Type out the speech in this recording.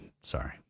Sorry